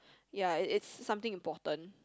ya it is something important